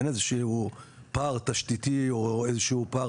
אין איזה שהוא פער תשתיתי או איזה שהוא פער